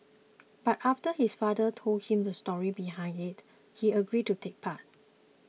but after his father told him the story behind it he agreed to take part